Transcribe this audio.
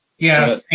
yes,